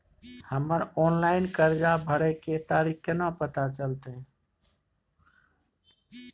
हमर ऑनलाइन कर्जा भरै के तारीख केना पता चलते?